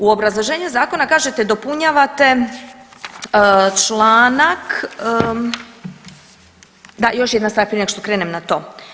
U obrazloženju zakona kažete dopunjavate članak, da još jedna stvar prije nego što krenem na to.